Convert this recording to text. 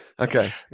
Okay